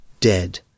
dead